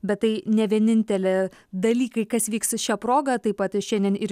bet tai ne vienintelė dalykai kas vyksta šia proga taip pat šiandien ir